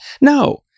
No